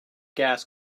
gas